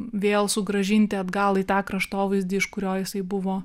vėl sugrąžinti atgal į tą kraštovaizdį iš kurio jisai buvo